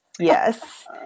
yes